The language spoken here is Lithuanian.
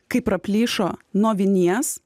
kaip praplyšo nuo vinies